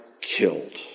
killed